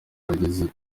yarageze